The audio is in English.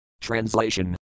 Translation